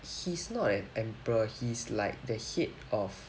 he's not an emperor he's like the head of